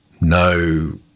no